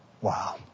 Wow